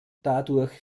dadurch